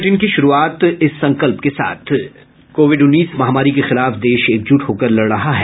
bulletin की शुरूआत इस संकल्प के साथ कोविड उन्नीस महामारी के खिलाफ देश एकजुट होकर लड़ रहा है